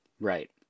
right